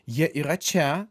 jie yra čia